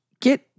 get